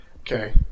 okay